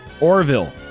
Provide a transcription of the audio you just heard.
Orville